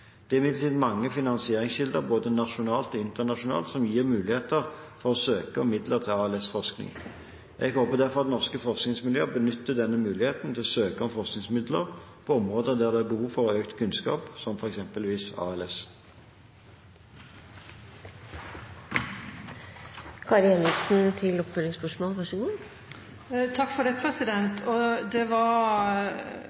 Det er imidlertid mange finansieringskilder både nasjonalt og internasjonalt som gir muligheter for å søke om midler til ALS-forskning. Jeg håper derfor at norske forskningsmiljøer benytter denne muligheten til å søke om forskningsmidler på områder der det er behov for økt kunnskap, som eksempelvis ALS. Det var mye interessant og mye positivt i statsrådens svar. Erna Solberg åpnet i går et diagnosesenter for muskel- og utmattelsestilstander, og